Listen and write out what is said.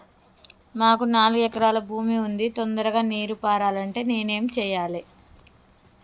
మాకు నాలుగు ఎకరాల భూమి ఉంది, తొందరగా నీరు పారాలంటే నేను ఏం చెయ్యాలే?